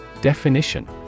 Definition